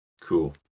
cool